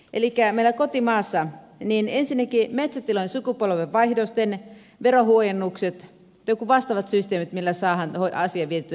elikkä meillä kotimaassa ensinnäkin metsätilojen sukupolvenvaihdosten verohuojennukset jotkut vastaavat systeemit millä saadaan asia vietyä eteenpäin